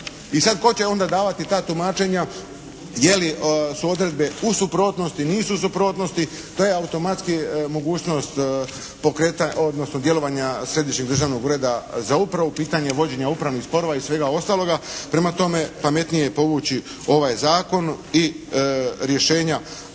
I sad tko će ona davati ta tumačenja je li su odredbe u suprotnosti, nisu u suprotnosti, to je automatski mogućnost pokretanja, odnosno djelovanja Središnjeg državnog ureda za uprave, pitanje vođenja upravnih sporova i svega ostaloga. Prema tome pametnije je povući ovaj zakon i rješenja